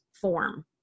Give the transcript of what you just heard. form